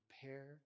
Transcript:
prepare